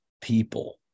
people